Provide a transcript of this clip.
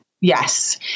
Yes